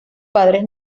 padres